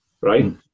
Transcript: right